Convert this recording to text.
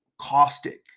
caustic